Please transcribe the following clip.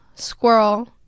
Squirrel